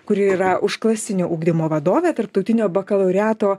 kuri yra užklasinio ugdymo vadovė tarptautinio bakalaureato